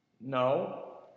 No